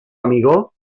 amigó